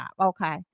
Okay